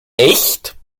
echt